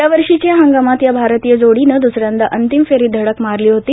यावर्षीच्या हंगामात या भारतीय जोडीनं दुसऱ्यांदा अंतिम फेरीत धडक मारली होती